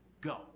go